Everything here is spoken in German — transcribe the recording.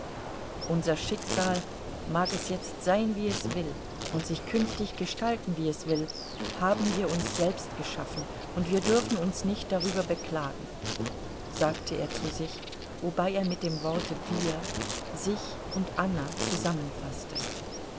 unser schicksal mag es jetzt sein wie es will und sich künftig gestalten wie es will haben wir uns selbst geschaffen und wir dürfen uns nicht darüber beklagen sagte er zu sich wobei er mit dem worte wir sich und anna zusammenfaßte